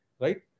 Right